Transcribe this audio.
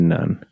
None